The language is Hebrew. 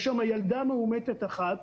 יש שם ילדה מאומתת אחת,